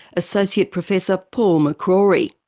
associate professor paul mccrory.